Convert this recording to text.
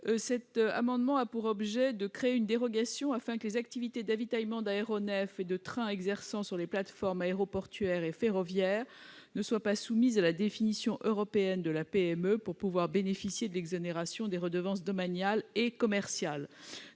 cet amendement a pour objet de créer une dérogation afin que les activités d'avitaillement d'aéronefs et de trains exerçant sur les plateformes aéroportuaires et ferroviaires ne soient pas soumises à la définition européenne de la PME pour bénéficier de l'exonération des redevances domaniales et commerciales.